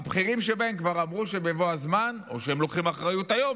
הבכירים שבהם כבר אמרו שהם לוקחים אחריות היום,